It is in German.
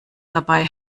dabei